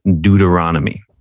Deuteronomy